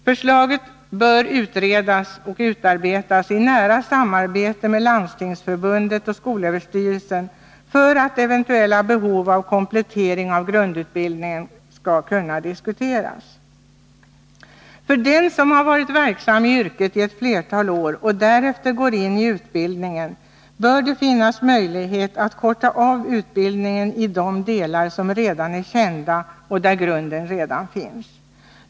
Förslaget bör utredas och utarbetas i nära samarbete med Landstingsförbundet och skolöverstyrelsen för att eventuellt behov av en komplettering av grundutbildningen skall kunna diskuteras. För den som har varit verksam i yrket i flera år och som därefter går in i utbildningen bör det finnas möjlighet att korta av utbildningen i de delar som är kända och där grunden redan finns.